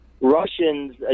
Russians